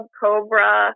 cobra